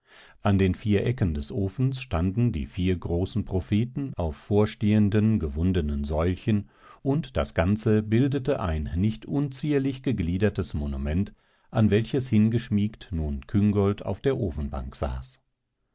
an den vier ecken des ofens standen die vier großen propheten auf vorstehenden gewundenen säulchen und das ganze bildete ein nicht unzierlich gegliedertes monument an welches hingeschmiegt nun küngolt auf der ofenbank saß